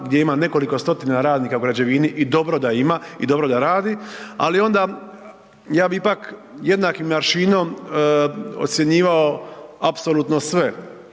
gdje ima nekoliko 100-tina radnika u građevini i dobro da ima i dobro da radi, ali onda ja bi ipak jednakim …/nerazumljivo/… ocjenjivao apsolutno sve,